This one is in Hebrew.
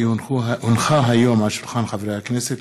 כי הונחה היום על שולחן הכנסת,